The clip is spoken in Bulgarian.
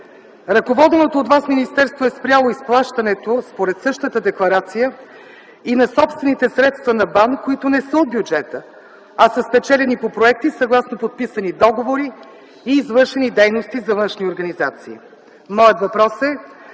Ръководеното от Вас министерство е спряло изплащането, според същата декларация, и на собствените средства на БАН, които не са от бюджета, а са спечелени по проекти, съгласно подписани договори и извършени дейности за външни организации. Моят въпрос е: